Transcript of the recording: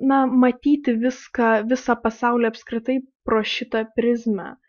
na matyti viską visą pasaulį apskritai pro šitą prizmę